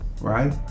right